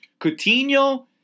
Coutinho